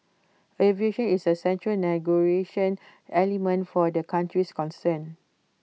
aviation is A central negotiating element for the countries concerned